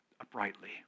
uprightly